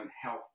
health